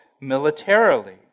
militarily